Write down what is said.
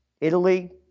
Italy